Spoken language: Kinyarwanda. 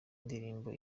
ndirimbo